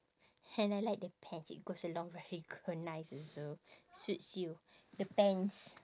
and I like the pants it goes along very cu~ nice also suits you the pants